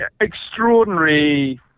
extraordinary